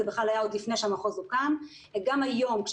זה בכלל היה עוד לפני שהמחוז הוקם,